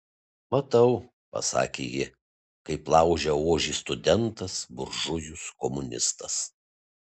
matau pasakė ji kaip laužia ožį studentas buržujus komunistas